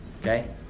Okay